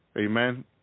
amen